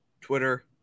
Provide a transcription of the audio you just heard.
twitter